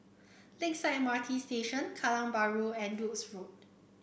Lakeside M R T Station Kallang Bahru and Duke's Road